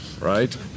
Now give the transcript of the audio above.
right